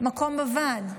מקום בוועד.